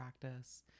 practice